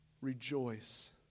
rejoice